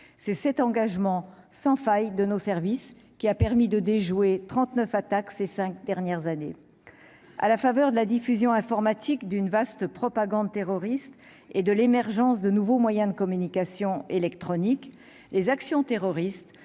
c'est cet engagement sans faille de nos services qui a permis de déjouer 39 attaques ces 5 dernières années, à la faveur de la diffusion informatique d'une vaste propagande terroriste et de l'émergence de nouveaux moyens de communication électronique les actions terroristes